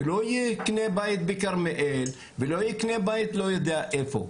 ולא יקנה בית בכרמיאל ולא יקנה בית לא יודע איפה.